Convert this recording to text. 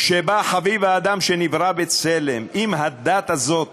שבה חביב האדם שנברא בצלם, אם הדת הזאת